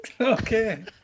Okay